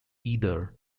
either